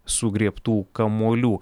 sugriebtų kamuolių